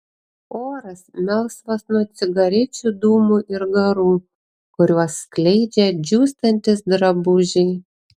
oras melsvas nuo cigarečių dūmų ir garų kuriuos skleidžia džiūstantys drabužiai